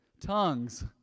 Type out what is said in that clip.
tongues